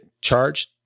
charge